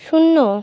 শূন্য